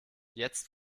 jetzt